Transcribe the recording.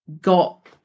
got